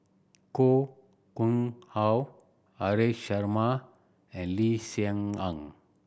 Koh Nguang How Haresh Sharma and Lee Hsien Yang